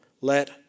let